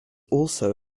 also